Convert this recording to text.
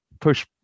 push